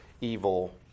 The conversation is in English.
evil